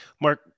Mark